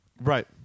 right